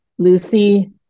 Lucy